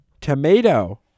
tomato